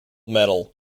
medal